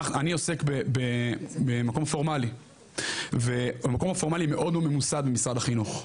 אני עוסק במקום פורמלי והמקום הפורמלי מאוד לא ממוסד במשרד החינוך,